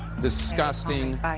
disgusting